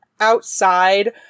outside